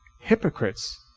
hypocrites